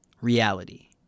reality